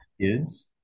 kids